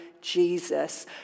Jesus